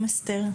שלום אסתר.